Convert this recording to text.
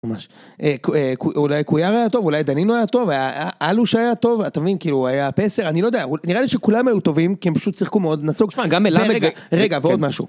אולי קויאר היה טוב אולי דנינו היה טוב היה אלוש היה טוב אתה מבין כאילו היה פסר אני לא יודע נראה לי שכולם היו טובים כי הם פשוט שיחקו מאוד נסוג שם גם אלה רגע ועוד משהו.